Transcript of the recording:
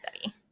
study